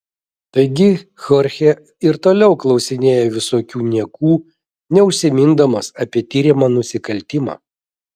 taigi chorchė ir toliau klausinėjo visokių niekų neužsimindamas apie tiriamą nusikaltimą